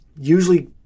Usually